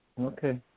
Okay